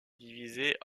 divisée